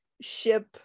ship